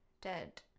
Dead